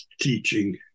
teaching